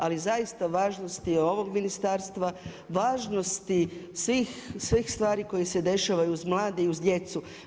Ali zaista važnost ovog Ministarstva, važnosti svih stvari koje se dešavaju uz mlade i uz djecu.